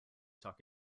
talk